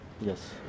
Yes